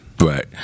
Right